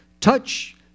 Touch